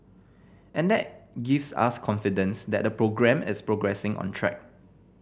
and that gives us confidence that the programme is progressing on track